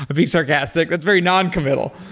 but being sarcastic. it's very non-committal.